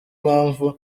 mpamvu